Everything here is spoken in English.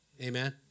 Amen